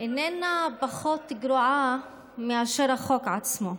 איננה פחות גרועה מאשר החוק עצמו.